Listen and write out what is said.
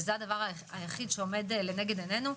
וזה הדבר היחיד שעומד לנגד עינינו.